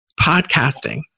podcasting